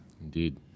Indeed